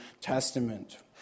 Testament